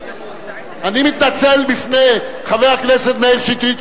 אני מתנצל בפני חבר הכנסת מאיר שטרית,